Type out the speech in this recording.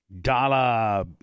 dollar